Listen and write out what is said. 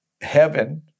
heaven